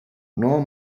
nor